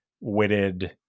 witted